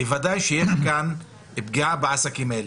בוודאי שיש כאן פגיעה בעסקים האלה.